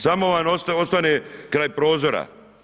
Samo vam osvane kraj prozora.